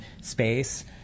space